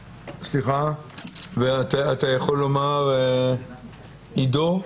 סליחה, עידו.